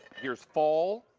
here is fall,